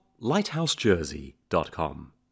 lighthousejersey.com